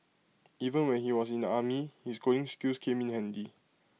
even when he was in the army his coding skills came in handy